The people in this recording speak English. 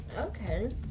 Okay